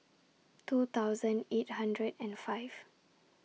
two thousand eight hundred and five